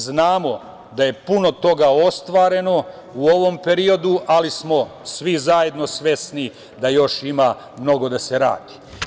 Znamo da je puno toga ostvareno u ovom periodu, ali smo svi zajedno svesni da još ima mnogo da se radi.